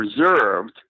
preserved